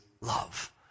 love